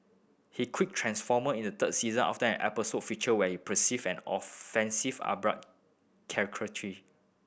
he quit Transformer in the third season after an episode featured what he perceived as offensive Arab caricature